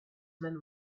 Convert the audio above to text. man